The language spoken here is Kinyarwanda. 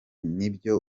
nibyo